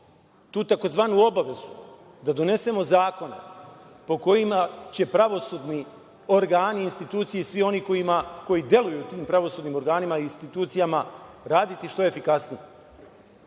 tu tzv. obavezu da donesemo zakone po kojima će pravosudni organi, institucije i svi oni koji deluju u pravosudnim organima i institucijama raditi što efikasnije,